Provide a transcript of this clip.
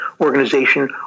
organization